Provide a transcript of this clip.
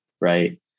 Right